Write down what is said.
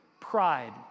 pride